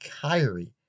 Kyrie